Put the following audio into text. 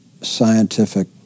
scientific